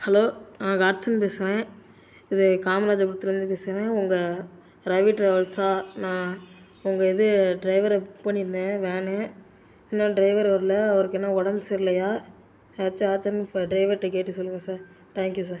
hello நான் ராட்சன் பேசுகிறேன் இது காமராஜபுறத்துலேருந்து பேசுகிறேன் உங்கள் ரவி ட்ராவெல்ஸ்ஸா நான் உங்கள் இது டிரைவரை புக் பண்ணியிருந்தேன் வேணு இன்னும் டிரைவர் வரல அவருக்கு என்ன உடம்பு சரியில்லையா ஏதாச்சும் ஆச்சான் டிரைவர்கிட்ட கேட்டு சொல்லுங்கள் சார் தேங்க்யூ சார்